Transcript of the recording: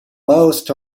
most